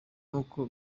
nuko